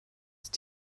ist